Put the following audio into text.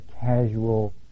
casual